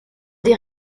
des